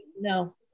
No